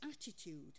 attitude